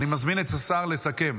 אני מזמין את השר לסכם.